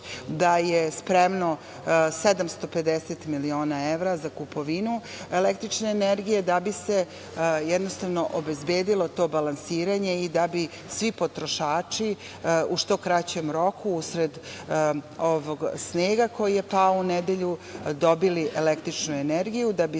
da je spremno 750 miliona evra za kupovinu električne energije da bi se obezbedilo to balansiranje i da bi svi potrošači u što kraćem roku usred ovog snega koji je pao u nedelju, dobili električnu energiju i da bi